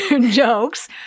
jokes